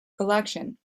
collection